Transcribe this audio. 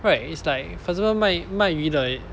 right it's like for example 卖卖鱼的